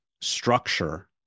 structure